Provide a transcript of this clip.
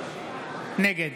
נגד